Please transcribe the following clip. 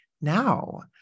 now